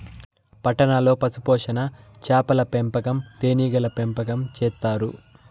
పట్టణాల్లో పశుపోషణ, చాపల పెంపకం, తేనీగల పెంపకం చేత్తారు